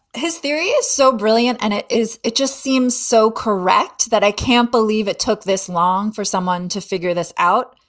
his theory is so brilliant and it is it just seems so correct that i can't believe it took this long for someone to figure this out.